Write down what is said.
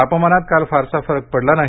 तापमानात काल फारसा फरक पडला नाही